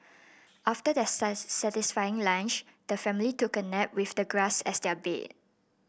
after their satisfying lunch the family took a nap with the grass as their bed